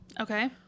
Okay